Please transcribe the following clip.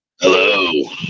hello